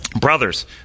Brothers